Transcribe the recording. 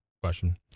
Question